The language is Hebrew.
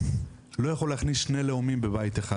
אתה לא יכול להכניס שני לאומים בבית אחד.